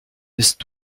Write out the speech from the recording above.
bist